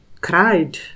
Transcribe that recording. cried